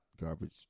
garbage